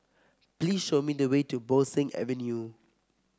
please show me the way to Bo Seng Avenue